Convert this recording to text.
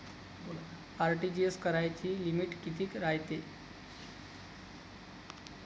RTGS कराची limit कितीक रायते?